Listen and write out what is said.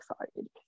excited